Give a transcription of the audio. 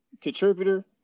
Contributor